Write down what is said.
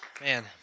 Man